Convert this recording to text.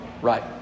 right